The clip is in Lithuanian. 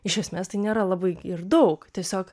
iš esmės tai nėra labai ir daug tiesiog